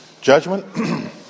judgment